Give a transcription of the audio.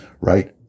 right